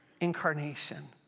Incarnation